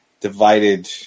divided